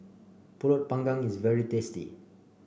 pulut panggang is very tasty